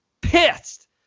pissed